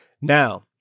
Now